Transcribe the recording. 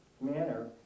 manner